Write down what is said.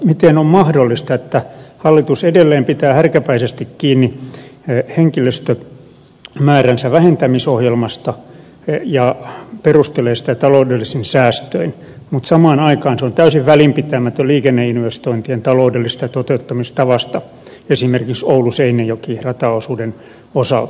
miten on mahdollista että hallitus edelleen pitää härkäpäisesti kiinni henkilöstömääränsä vähentämisohjelmasta ja perustelee sitä taloudellisin säästöin mutta samaan aikaan se on täysin välinpitämätön liikenneinvestointien taloudellisesta toteuttamistavasta esimerkiksi ouluseinäjoki rataosuuden osalta